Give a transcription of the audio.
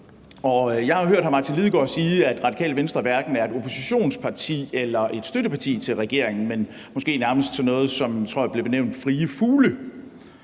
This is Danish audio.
jo hørt hr. Martin Lidegaard sige, at Radikale Venstre hverken er et oppositionsparti eller et støtteparti til regeringen, men at de måske nærmest er – sådan tror jeg det blev benævnt – frie fugle.